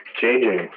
changing